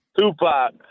Tupac